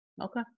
Okay